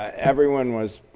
everyone was